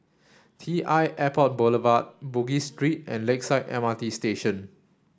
T I Airport Boulevard Bugis Street and Lakeside M R T Station